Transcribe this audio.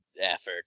effort